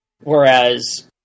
whereas